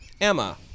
Emma